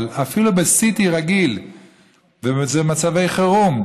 אבל אפילו ב-CT רגיל זה מצבי חירום,